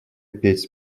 петь